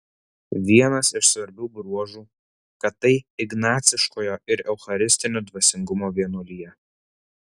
vienas iš svarbių bruožų kad tai ignaciškojo ir eucharistinio dvasingumo vienuolija